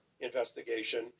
investigation